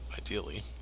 ideally